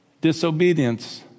Disobedience